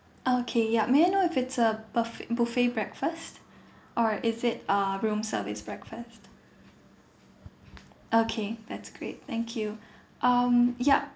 okay yup may I know if it's a buff~ buffet breakfast or is it uh room service breakfast okay that's great thank you um yup